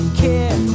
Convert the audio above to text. care